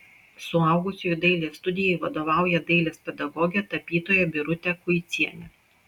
suaugusiųjų dailės studijai vadovauja dailės pedagogė tapytoja birutė kuicienė